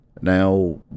Now